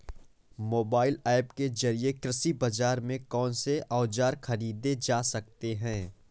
Mobile app के जरिए कृषि बाजार से कौन से औजार ख़रीदे जा सकते हैं?